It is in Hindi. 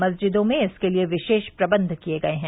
मस्जिदों में इसके लिए विशेष प्रबन्ध किए गए हैं